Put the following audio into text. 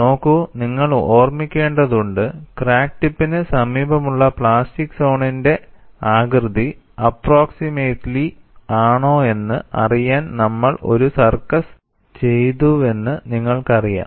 നോക്കൂ നിങ്ങൾ ഓർമ്മിക്കേണ്ടതുണ്ട് ക്രാക്ക് ടിപ്പിന് സമീപമുള്ള പ്ലാസ്റ്റിക് സോണിന്റെ ആകൃതി അപ്പ്രോക്സിമേറ്റിലി ആണോയെന്ന് അറിയാൻ നമ്മൾ ഒരു സർക്കസ് ചെയ്തുവെന്ന് നിങ്ങൾക്കറിയാം